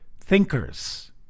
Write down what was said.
thinkers